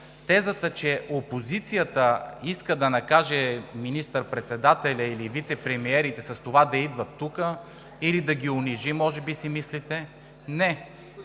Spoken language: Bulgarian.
тезата, че опозицията иска да накаже министър-председателя или вицепремиерите с това да идват тук или да ги унижи, може би си мислите – не.